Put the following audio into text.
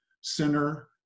sinner